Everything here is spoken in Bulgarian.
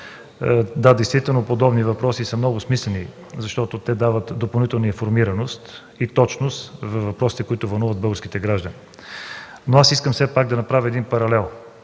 да, действително подобни въпроси са много смислени, защото дават допълнителна информираност и точност по въпросите, които вълнуват българските граждани. Искам да направя един паралел